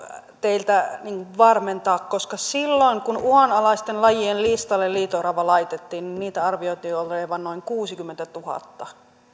teiltä varmentaa koska silloin kun uhanalaisten lajien listalle liito orava laitettiin niitä arvioitiin olevan noin kuusikymmentätuhatta